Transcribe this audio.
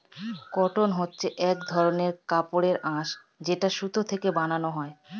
cotton হচ্ছে এক ধরনের কাপড়ের আঁশ যেটা সুতো থেকে বানানো হয়